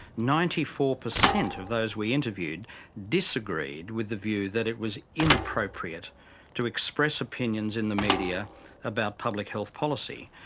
ninety-four per cent of those we interviewed disagreed with the view that it was inappropriate to express opinions in the media about public health policy.